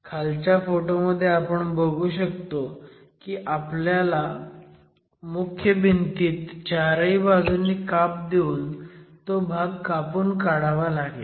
खालच्या फोटोमध्ये आपण बघू शकतो की आपल्याला मुख्य भिंतीत चारही बाजूंनी काप देऊन तो भाग कापून काढावा लागेल